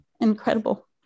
incredible